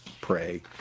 pray